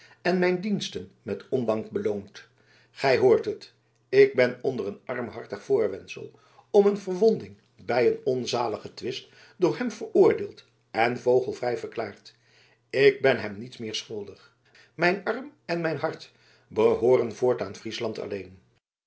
en mijn diensten met ondank beloond gij hoort het ik ben onder een armhartig voorwendsel om een verwonding bij een onzaligen twist door hem veroordeeld en vogelvrij verklaard ik ben hem niets meer schuldig mijn arm en mijn hart behooren voortaan friesland alleen